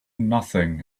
nothing